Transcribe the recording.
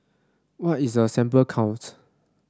what is a sample count